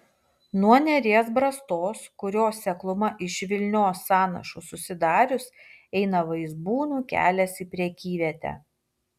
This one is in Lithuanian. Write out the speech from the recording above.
nuo neries brastos kurios sekluma iš vilnios sąnašų susidarius eina vaizbūnų kelias į prekyvietę